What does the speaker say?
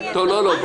--- לא, לא.